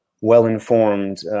well-informed